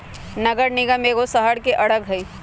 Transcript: नगर निगम एगो शहरके अङग हइ